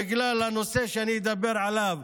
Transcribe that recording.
בגלל הנושא שאני אדבר עליו,